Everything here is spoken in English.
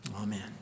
Amen